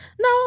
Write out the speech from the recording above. No